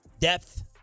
Depth